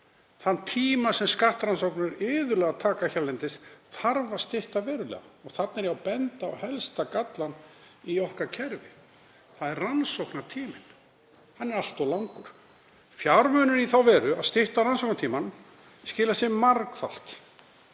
Þann tíma sem skattrannsóknir taka iðulega hérlendis þarf að stytta verulega. Þarna er ég að benda á helsta gallann í okkar kerfi, það er rannsóknatíminn. Hann er allt of langur. Fjármunir í þá veru að stytta rannsóknatímann skila sér margfalt